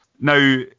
now